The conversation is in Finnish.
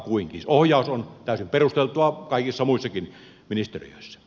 siis ohjaus on täysin perusteltua kaikissa muissakin ministeriöissä